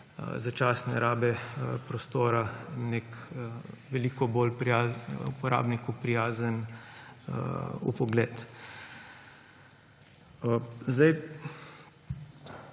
začasne rabe prostora nek veliko bolj uporabniku prijazen vpogled. Rad